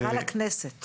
חזרה לכנסת.